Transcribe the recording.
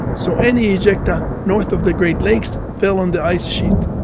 so any ejecta north of the great lakes fell on the ice sheet.